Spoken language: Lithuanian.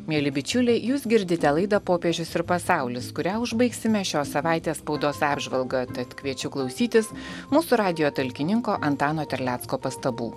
mieli bičiuliai jūs girdite laidą popiežius ir pasaulis kurią užbaigsime šios savaitės spaudos apžvalga tad kviečiu klausytis mūsų radijo talkininko antano terlecko pastabų